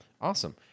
Awesome